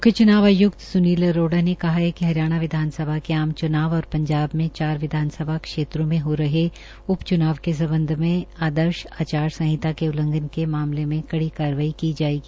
मुख्य चुनाव आयुक्त सुनील अरोड़ा ने कहा है कि हरियाणा विधानसभा के आम च्नाव और पंजाब में चार विधानसभा क्षेत्रों में हो रहे उप च्नाव के सम्बध में आदर्श आचार संहिता के उल्लघंन के मामले में कड़ी कार्रवाई की जायेगी